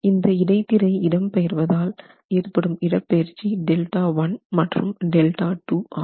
இந்த இடைத்திரை இடம் பெயர்வதால் ஏற்படும் இடப்பெயர்ச்சி Δ1 மற்றும் Δ2 ஆகும்